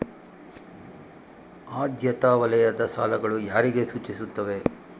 ಆದ್ಯತಾ ವಲಯದ ಸಾಲಗಳು ಯಾರಿಗೆ ಸೂಚಿಸುತ್ತವೆ?